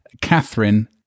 Catherine